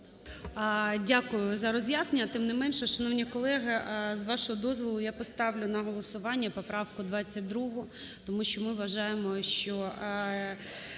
Дякую за роз'яснення. Тим не менше, шановні колеги, з вашого дозволу я поставлю на голосування поправку 22, тому що ми вважаємо, що